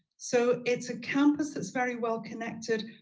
so it's a campus that's very well-connected,